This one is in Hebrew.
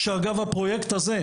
הפרויקט הזה,